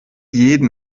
jeden